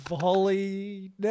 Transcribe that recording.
Volley